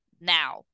now